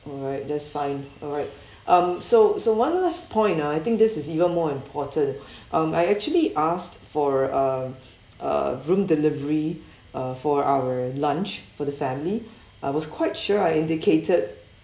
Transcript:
alright that's fine alright um so so one last point ah I think this is even more important um I actually asked for a uh room delivery uh for our lunch for the family I was quite sure I indicated